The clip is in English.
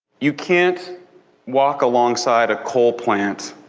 you can't walk alongside a coal plant